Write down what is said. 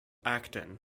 actin